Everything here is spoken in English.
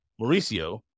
Mauricio